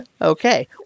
Okay